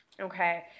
Okay